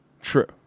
True